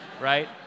right